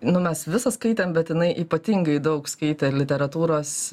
nu mes visą skaitėm bet jinai ypatingai daug skaitė literatūros